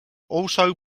also